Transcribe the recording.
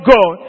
God